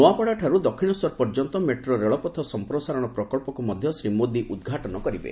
ନୋଆପାଡ଼ାଠାରୁ ଦକ୍ଷିଣେଶ୍ୱର ପର୍ଯ୍ୟନ୍ତ ମେଟ୍ରୋ ରେଳପଥ ସମ୍ପ୍ରସାରଣ ପ୍ରକଳ୍ପକୁ ମଧ୍ୟ ଶ୍ରୀ ମୋଦି ଉଦ୍ଘାଟନ କରିବେ